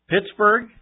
Pittsburgh